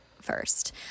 first